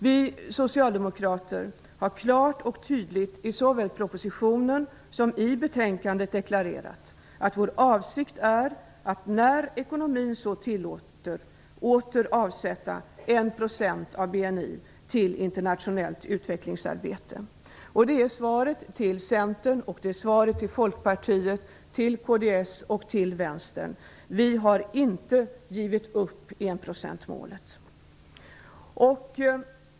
Vi socialdemokrater har klart och tydligt såväl i propositionen som i betänkandet deklarerat att vår avsikt är att när ekonomin så tillåter åter avsätta 1 % av BNI till internationellt utvecklingsarbete. Svaret till Centern, Folkpartiet, Kristdemokraterna och vänstern är: Vi har inte givit upp enprocentsmålet.